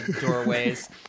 doorways